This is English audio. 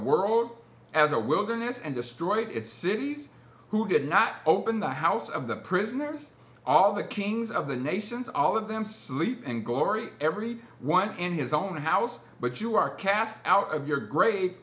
world as a wilderness and destroyed its cities who did not open the house of the prisoners all the kings of the nations all of them sleep and glory every one in his own house but you are cast out of your gra